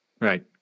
Right